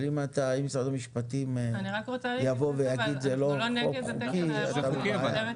אבל אם משרד המשפטים יגיד שזה לא חוק חוקי אז זה בעיה.